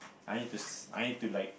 I need to s~ I need to like